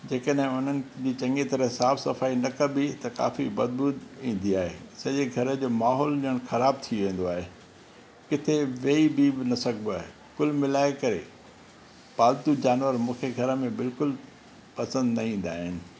जेकॾहिं उन्हनि जी चङी तरह साफ़ु सफ़ाई न कबी त काफ़ी बदबू ईंदी आहे सॼे घर जो माहोल ॼणु ख़राबु थी वेंदो आहे किथे वेही बि न सघिबो आहे कुलु मिलाए करे पालतू जानवर मूंखे घर में बिल्कुलु पसंदि न ईंदा आहिनि